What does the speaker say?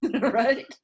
right